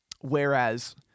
whereas